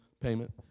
payment